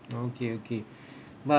okay okay but